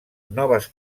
noves